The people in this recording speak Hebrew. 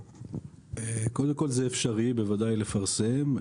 קודם כול, זה אפשרי, בוודאי, לפרסם.